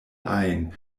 ajn